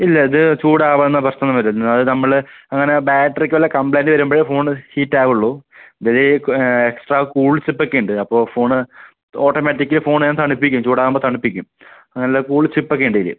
ഇല്ല ഇത് ചൂടാകുന്ന പ്രശ്നമൊന്നുമില്ല ഒന്നാമത് നമ്മൾ അങ്ങനെ ബാറ്ററിക്കുള്ള കംപ്ലൈന്റ്റ് വരുമ്പോഴേ ഫോൺ ഹീറ്റാകുള്ളൂ ഇതിലീ എക്സ്ട്രാ കൂൾ സിപ്പൊക്കെ ഉണ്ട് അപ്പോൾ ഫോൺ ഓട്ടോമാറ്റിക്കലി ഫോൺ തണുപ്പിക്കും ചൂടാകുമ്പോൾ തണുപ്പിക്കും അങ്ങനെയുള്ള കൂൾ സിപ്പൊക്കെയുണ്ട് ഇതിൽ